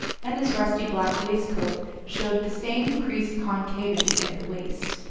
and his rusty black waistcoat showed the same creased concavity at the waist,